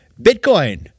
Bitcoin